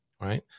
right